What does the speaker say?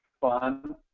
fun